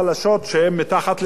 שהן מתחת לקו העוני,